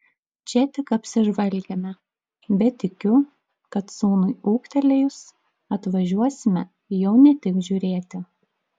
čia tik apsižvalgėme bet tikiu kad sūnui ūgtelėjus atvažiuosime jau ne tik žiūrėti